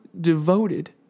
devoted